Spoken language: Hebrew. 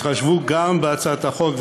התחשבו גם בהצעת החוק,